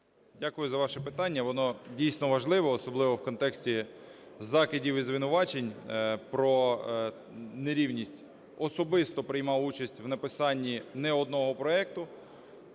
Дякую за ваше питання. Воно, дійсно, важливе, особливо в контексті закидів і звинувачень про нерівність. Особисто приймав участь в написанні не одного проекту,